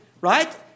right